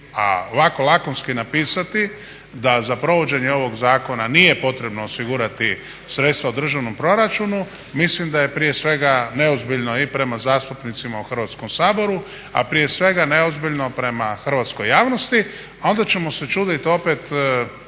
ovako lakonski napisati da za provođenje ovog zakona nije potrebno osigurati sredstva u državnom proračunu mislim da je prije svega neozbiljno i prema zastupnicima u Hrvatskom saboru, a prije svega neozbiljno prema hrvatskoj javnosti. A onda ćemo se čuditi opet,